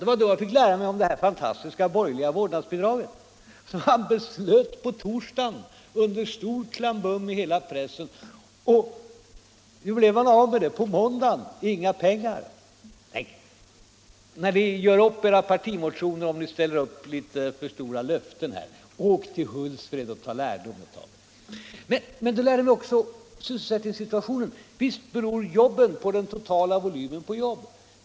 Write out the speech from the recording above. Det var då jag fick lära mig en del om det här fantastiska borgerliga vårdnadsbidraget, som man fattade beslut om på torsdagen under stor ”klambum” i hela pressen och sedan blev av med på måndagen — inga pengar! Innan ni ställer för stora löften när ni gör upp era partimotioner så åk till Hultsfred och tag lärdom där! Men det gäller också sysselsättningssituationen. Visst beror jobben av den totala volymen på jobb.